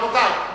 רבותי,